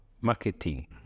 marketing